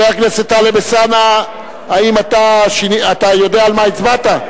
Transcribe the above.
חבר הכנסת טלב אלסאנע, האם אתה יודע על מה הצבעת?